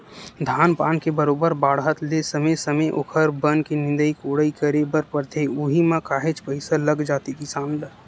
धान पान के बरोबर बाड़हत ले समे समे ओखर बन के निंदई कोड़ई करे बर परथे उहीं म काहेच पइसा लग जाथे किसान ल